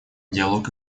диалог